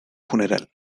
funeral